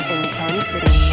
Intensity